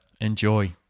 Enjoy